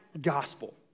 gospel